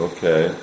Okay